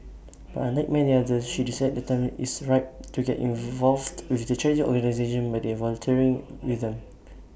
but unlike many others she decided the time is ripe to get involved with the charity organisation by volunteering with them